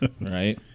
Right